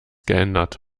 geändert